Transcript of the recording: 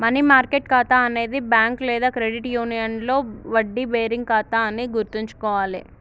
money market ఖాతా అనేది bank లేదా క్రెడిట్ యూనియన్లో వడ్డీ బేరింగ్ ఖాతా అని గుర్తుంచుకోవాలే